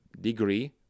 Degree